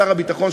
שר הביטחון,